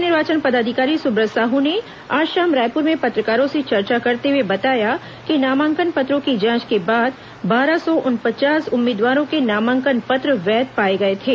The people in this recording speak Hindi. मुख्य निर्वाचन पदाधिकारी सुब्रत साह ने आज शाम रायपुर में पत्रकारों से चर्चा करते हुए बताया कि नामांकन पत्रों की जांच के बाद बारह सौ उनचास उम्मीदवारों के नामांकन पत्र वैध पाए गए थे